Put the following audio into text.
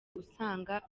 usanga